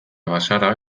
bazara